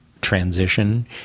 transition